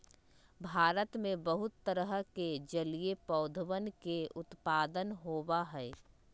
भारत में बहुत तरह के जलीय पौधवन के उत्पादन होबा हई